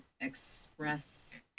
express